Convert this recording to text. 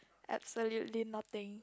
absolutely nothing